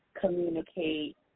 communicate